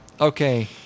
okay